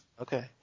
Okay